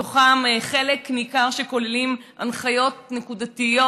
שמתוכם חלק ניכר כולל הנחיות נקודתיות,